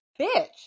bitch